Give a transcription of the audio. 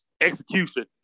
execution